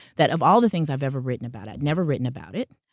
that of all the things i've ever written about, i'd never written about it,